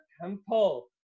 temple